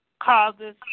causes